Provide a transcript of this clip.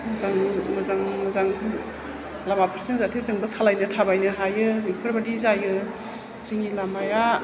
जों मोजां मोजां लामाफोरजों जाहाथे जोंबो सालायनो थाबायनो हायो बेफोरबादि जायो जोंनि लामाया